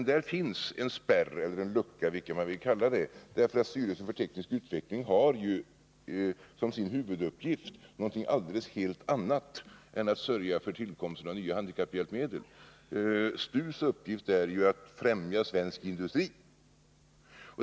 Men där finns en spärr eller en lucka, vilket man vill kalla det, eftersom styrelsen för teknisk utveckling som sin huvuduppgift har någonting alldeles annat än att sörja för tillkomsten av nya handikapphjälpmedel. STU:s uppgift är ju att främja svensk industri.